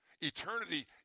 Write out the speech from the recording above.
Eternity